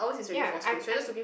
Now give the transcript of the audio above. ya I'm I'm